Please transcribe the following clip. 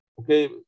Okay